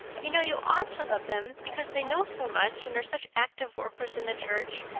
you know you ought to love them because they know so much and are such active workers in the church,